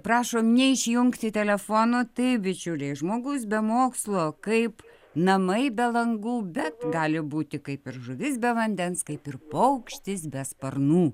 prašom neišjungti telefono taip bičiuliai žmogus be mokslo kaip namai be langų bet gali būti kaip ir žuvis be vandens kaip ir paukštis be sparnų